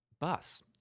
bus